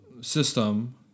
system